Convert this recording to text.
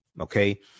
Okay